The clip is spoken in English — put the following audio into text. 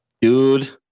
Dude